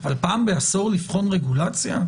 אבל פעם בעשור לבחון רגולציה?